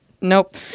nope